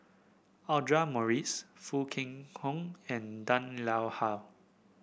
Audra Morrice Foo Kwee Horng and Han Lao Ha